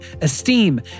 esteem